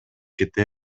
кете